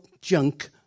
junk